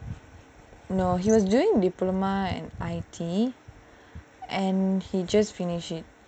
no he was doing diploma in I_T and he just finished it